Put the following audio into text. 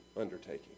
undertaking